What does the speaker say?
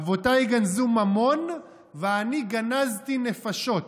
אבותיי גנזו ממון ואני גנזתי, נפשות,